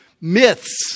myths